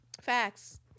Facts